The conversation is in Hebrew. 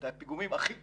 את הפיגומים הכי טובים,